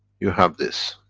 you have this.